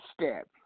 step